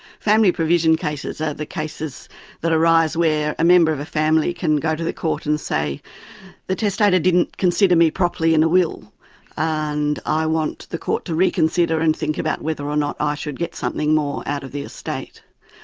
family provision cases are the cases that arise where a member of a family can go to the court and say the testator didn't consider me properly in a will and i want the court to reconsider and think about whether or not i should get something more out of the estate.